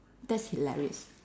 that's hilarious